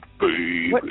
baby